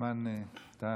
הזמן תם,